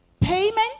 payment